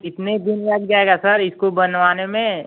कितने दिन लग जाएगा सर इसको बनवाने में